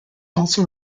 also